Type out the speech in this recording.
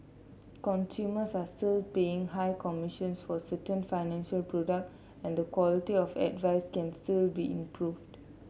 consumers are still paying high commissions for certain financial product and the quality of advice can still be improved